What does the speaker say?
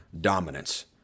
dominance